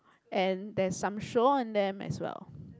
and there's some sure on them as well